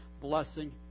blessing